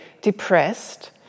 depressed